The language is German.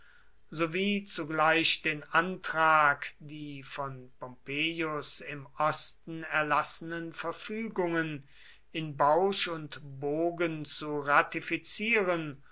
sowie zugleich den antrag die von pompeius im osten erlassenen verfügungen in bausch und bogen zu ratifizieren